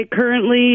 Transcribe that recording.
currently